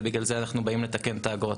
ובגלל זה אנחנו באים לתקן את האגרות.